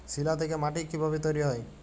শিলা থেকে মাটি কিভাবে তৈরী হয়?